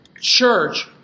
church